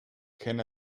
can